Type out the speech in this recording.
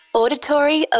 auditory